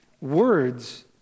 Words